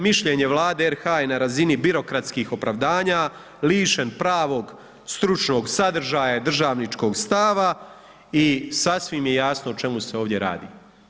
Mišljenje Vlade RH je na razini birokratskih opravdanja, lišen pravog stručnog sadržaja i državničkog stava i sasvim je jasno o čemu se ovdje radi.